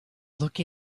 look